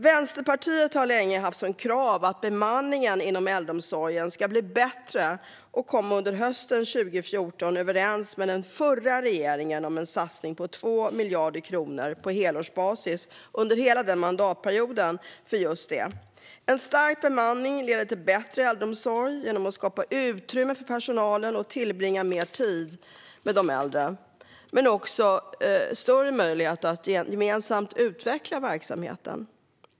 Vänsterpartiet har länge haft som krav att bemanningen inom äldreomsorgen ska bli bättre och kom under hösten 2014 överens med den förra regeringen om en satsning på 2 miljarder kronor på helårsbasis under hela den mandatperioden för just detta. En stärkt bemanning leder till bättre äldreomsorg genom att skapa utrymme för personalen att tillbringa mer tid med de äldre men också större möjlighet att gemensamt utveckla verksamheten.